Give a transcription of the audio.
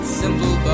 simple